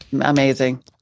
Amazing